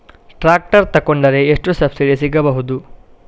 Tractor ತೊಕೊಂಡರೆ ಎಷ್ಟು subsidy ಸಿಗಬಹುದು?